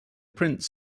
prince